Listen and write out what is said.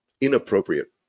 inappropriate